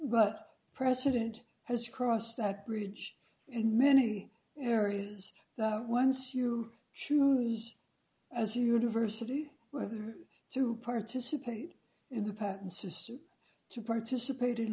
but precedent has crossed that bridge in many areas that once you choose as university whether to participate in the patent system to participate in